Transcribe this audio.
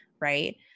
right